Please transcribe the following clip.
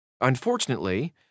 Unfortunately